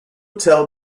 tell